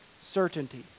certainty